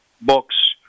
books